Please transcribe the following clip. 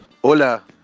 Hola